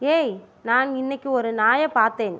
ஏய் நான் இன்றைக்கு ஒரு நாயை பார்த்தேன்